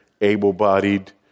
able-bodied